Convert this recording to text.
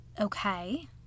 Okay